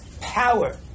power